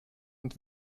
und